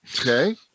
okay